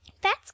That's